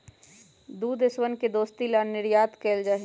दु देशवन के दोस्ती ला भी निर्यात कइल जाहई